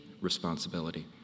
responsibility